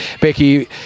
Becky